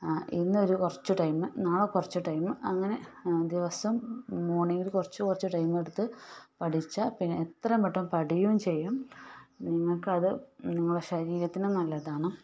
ആ ഇന്നൊരു കുറച്ച് ടൈംമ് നാളെ കുറച്ച് ടൈംമ് അങ്ങനെ ദിവസം മോണിങ്ങിൽ കുറച്ച് കുറച്ച് ടൈമെടുത്ത് പഠിച്ചാൽ പിന്നെ എത്രയും പെട്ടന്ന് പഠിയോം ചെയ്യും നിങ്ങൾക്കത് നിങ്ങളെ ശരീരത്തിനും നല്ലതാണ്